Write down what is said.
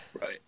Right